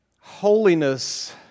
Holiness